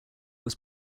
was